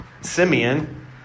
Simeon